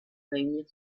réunir